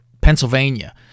Pennsylvania